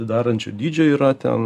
darančio dydžio yra ten